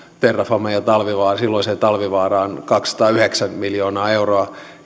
terrafameen ja silloiseen talvivaaraan kaksisataayhdeksän miljoonaa euroa